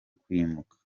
kwimuka